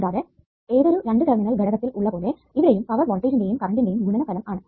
കൂടാതെ ഏതൊരു രണ്ടു ടെർമിനൽ ഘടകത്തിൽ ഉള്ളപോലെ ഇവിടെയും പവർ വോൾട്ടേജിന്റെയും കറണ്ടിന്റെയും ഗുണനഫലം ആണ്